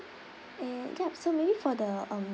and ya so maybe for the um